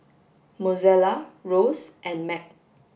Mozella Rose and Mack